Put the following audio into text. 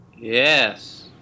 Yes